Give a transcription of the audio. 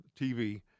TV